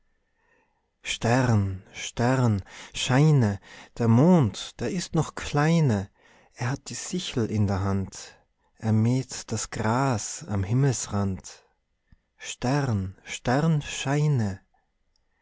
stern stern scheine der mond der ist noch kleine er hat die sichel in der hand er mäht das gras am himmelsrand stern stern scheine